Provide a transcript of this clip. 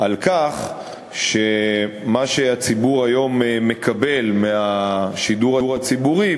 על כך שמה שהיום מקבלים מהשידור הציבורי,